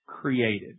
created